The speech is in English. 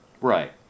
Right